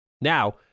Now